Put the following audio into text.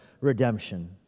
redemption